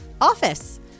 office